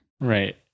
Right